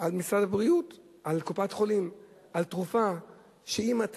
על משרד הבריאות, על קופת-חולים, על תרופה לחולה